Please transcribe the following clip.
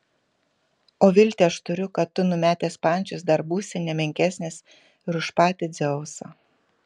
o viltį aš turiu kad tu numetęs pančius dar būsi ne menkesnis ir už patį dzeusą